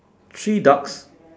three ducks